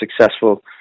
successful